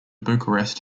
bucharest